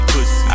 Pussy